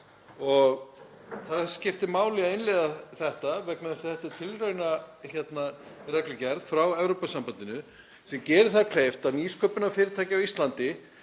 Það skiptir máli að innleiða þetta vegna þess að þetta er tilraunareglugerð frá Evrópusambandinu sem gerir það kleift að nýsköpunarfyrirtæki á Íslandi,